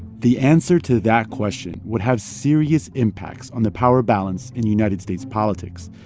the answer to that question would have serious impacts on the power balance in united states politics.